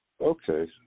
Okay